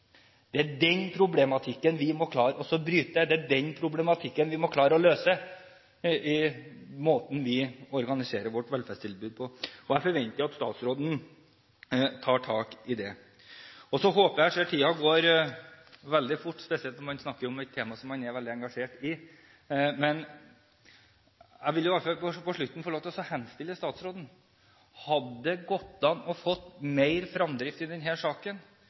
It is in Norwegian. Det er den problematikken vi må klare å bryte, og det er den problematikken vi må klare å løse når det gjelder måten vi organiserer vårt velferdstilbud på. Jeg forventer at statsråden tar tak i det. Jeg ser at tiden går veldig fort – spesielt når man snakker om et tema som man er veldig engasjert i – men jeg vil i hvert fall på slutten få lov til å henstille til statsråden: Hadde det gått an å få mer fremdrift i denne saken